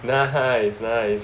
nice nice